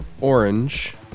Orange